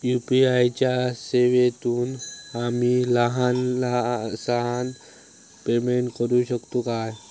UPI च्या सेवेतून आम्ही लहान सहान पेमेंट करू शकतू काय?